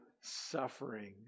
suffering